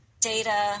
data